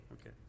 Okay